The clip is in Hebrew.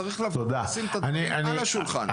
צריך לבוא ולשים את הדברים על השולחן.